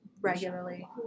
regularly